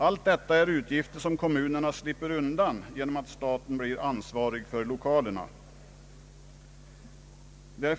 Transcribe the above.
Allt detta är utgifter som kommunerna slipper undan genom att staten blir ansvarig för lokalerna.